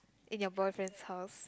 in your boyfriend's house